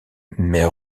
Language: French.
mer